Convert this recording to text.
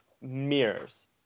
mirrors